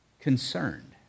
concerned